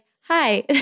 hi